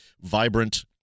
vibrant